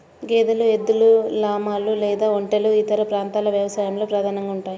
గేదెలు, ఎద్దులు, లామాలు లేదా ఒంటెలు ఇతర ప్రాంతాల వ్యవసాయంలో ప్రధానంగా ఉంటాయి